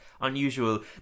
unusual